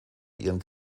ihren